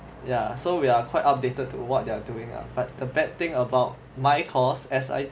ya so we are quite updated to what they're doing ah but the bad thing about my course as I